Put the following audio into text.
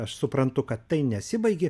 aš suprantu kad tai nesibaigė